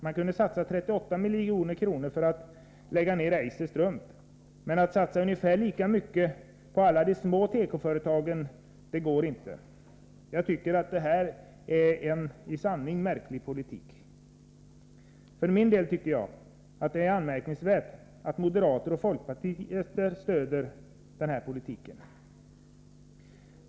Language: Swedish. Man kunde satsa 38 milj.kr. på att lägga ned Eiser Strump, men att satsa ungefär lika mycket på alla de små tekoföretagen går inte. Det är i sanning en märklig politik! Likaså är det enligt min mening anmärkningsvärt att moderater och folkpartister stöder denna politik.